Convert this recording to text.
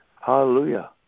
Hallelujah